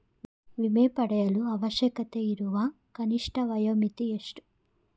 ವಿಮೆ ಪಡೆಯಲು ಅವಶ್ಯಕತೆಯಿರುವ ಕನಿಷ್ಠ ವಯೋಮಿತಿ ಎಷ್ಟು?